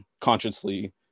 consciously